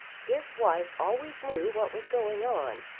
his wife always knew what was going on,